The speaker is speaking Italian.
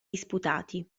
disputati